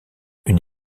une